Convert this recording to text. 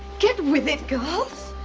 get with it, girls.